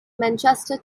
manchester